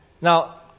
Now